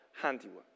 handiwork